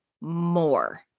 more